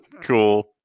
cool